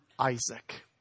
Isaac